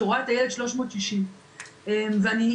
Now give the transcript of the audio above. שרואה את הילד 360. באמת,